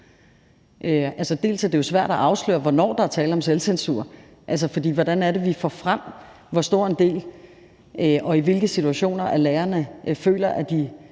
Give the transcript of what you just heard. Det er jo svært at afsløre, hvornår der er tale om selvcensur, for hvordan er det, vi får frem, hvor stor en del det er, og i hvilke situationer lærerne føler, at de